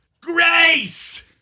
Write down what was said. Grace